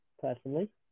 personally